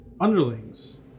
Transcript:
underlings